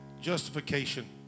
Justification